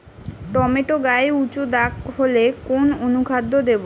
Tomato গায়ে উচু দাগ হলে কোন অনুখাদ্য দেবো?